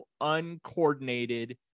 uncoordinated